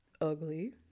ugly